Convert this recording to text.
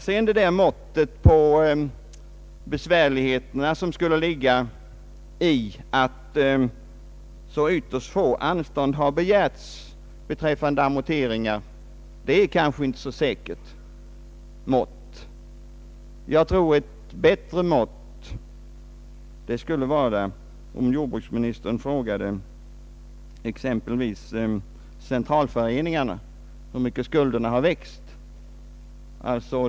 Vad beträffar påståendet att man skulle ha ett mått på besvärligheterna i att ytterst få anstånd begärts beträffande amorteringar, så är det måttet kanske inte så pålitligt. Jordbruksministern skulle få ett bättre mått om han frågade exempelvis centralföreningarna, hur mycket varuskulderna har växt.